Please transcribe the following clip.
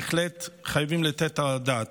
בהחלט חייבים לתת על כך את הדעת.